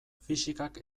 fisikak